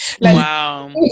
wow